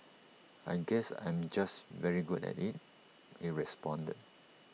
I guess I'm just very good at IT he responded